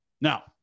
Now